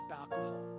alcohol